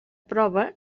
prova